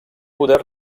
poder